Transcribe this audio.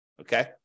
Okay